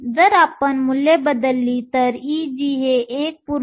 जर आपण मूल्ये बदलली तर Eg हे 1